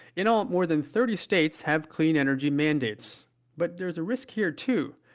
in all, more than thirty states have clean-energy mandates but there's a risk here too.